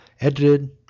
Edited